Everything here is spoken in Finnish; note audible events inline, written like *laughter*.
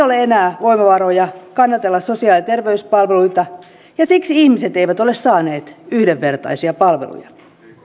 *unintelligible* ole enää voimavaroja kannatella sosiaali ja terveyspalveluita ja siksi ihmiset eivät ole saaneet yhdenvertaisia palveluja